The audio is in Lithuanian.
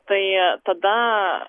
tai tada